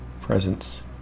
presence